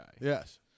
Yes